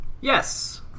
Yes